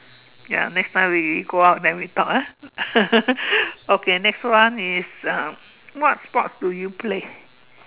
ya next time we go out then we talk ah okay next one is um what sports do you play